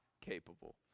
capable